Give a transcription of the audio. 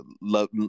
love